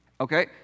Okay